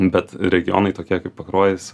bet regionai tokie kaip pakruojis